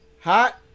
Hot